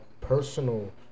personal